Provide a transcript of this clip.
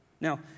now